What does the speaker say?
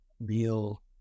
real